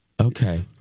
Okay